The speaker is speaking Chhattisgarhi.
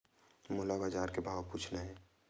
मोला बजार के भाव पूछना हे?